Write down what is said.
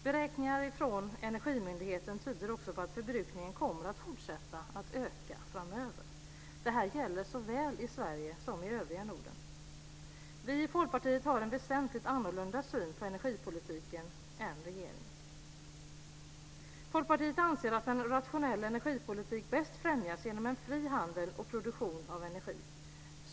Beräkningar från Energimyndigheten tyder också på att förbrukningen kommer att fortsätta att öka framöver. Det här gäller såväl i Sverige som i övriga Norden. Vi i Folkpartiet har en väsentligt annorlunda syn på energipolitiken än regeringen. Folkpartiet anser att en rationell energipolitik bäst främjas genom en fri handel och produktion av energi.